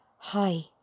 Hi